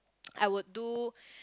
I would do